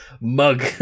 mug